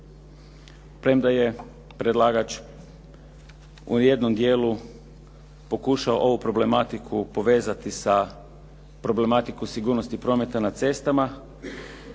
premda je predlagač u jednom dijelu pokušao ovu problematiku povezati sa problematikom sigurnosti prometa na cestama